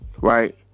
right